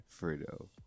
Fredo